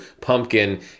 pumpkin